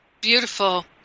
Beautiful